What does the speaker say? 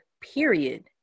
Period